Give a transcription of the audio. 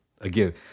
again